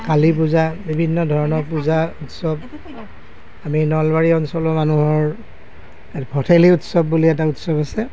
কালী পূজা বিভিন্ন ধৰণৰ পূজা চব আমি নলবাৰী অঞ্চলৰ মানুহৰ ভঠেলি বুলি এটা উৎসৱ আছে